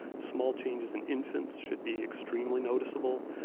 small changes in infants should be extremely noticeable.